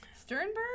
Sternberg